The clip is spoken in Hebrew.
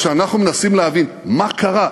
אבל כשאנחנו מנסים להבין מה קרה,